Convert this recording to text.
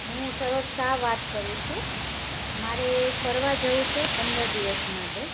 હું સરોજ શાહ વાત કરું છું મારે ફરવા જવું છે પંદર દિવસ માટે